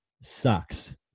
sucks